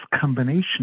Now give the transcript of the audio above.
combination